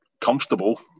comfortable